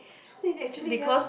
so they actually just